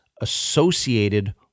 associated